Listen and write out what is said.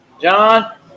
John